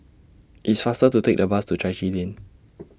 It's faster to Take The Bus to Chai Chee Lane